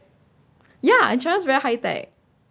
ya and china very high tech